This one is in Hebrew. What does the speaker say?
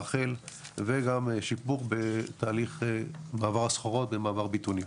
רחל וגם שיפור בתהליך מעבר הסחורות במעבר ביטוניה.